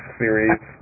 series